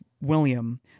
William